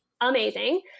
amazing